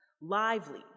lively